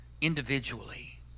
individually